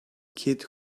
kid